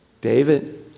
David